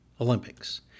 Olympics